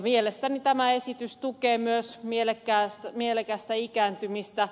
mielestäni tämä esitys tukee myös mielekästä ikääntymistä